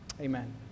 Amen